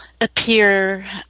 appear